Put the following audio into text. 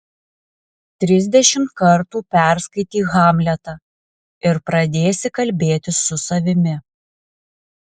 trisdešimt kartų perskaityk hamletą ir pradėsi kalbėtis su savimi